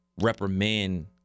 reprimand